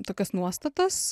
tokios nuostatos